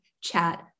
chat